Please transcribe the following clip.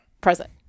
present